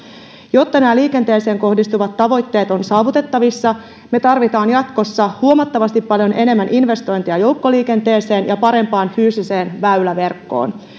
jotta nämä liikenteeseen kohdistuvat tavoitteet ovat saavutettavissa me tarvitsemme jatkossa huomattavasti paljon enemmän investointeja joukkoliikenteeseen ja parempaan fyysiseen väyläverkkoon